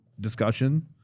discussion